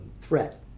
threat